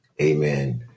Amen